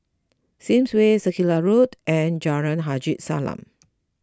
Sims Way Circular Road and Jalan Haji Salam